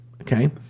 okay